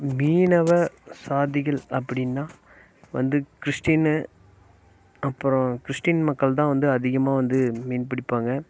மீனவ ஜாதிகள் அப்படினா வந்து கிறிஸ்டின்னு அப்புறம் கிறிஸ்டின் மக்கள் தான் வந்து அதிகமாக வந்து மீன் பிடிப்பாங்க